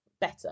better